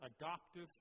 adoptive